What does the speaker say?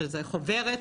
שזו חוברת